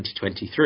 2023